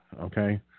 okay